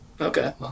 Okay